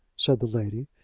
said the lady.